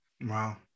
wow